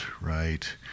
right